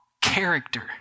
character